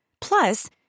Plus